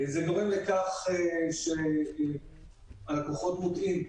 זה גורם לכך שהלקוחות מוטעים.